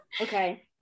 okay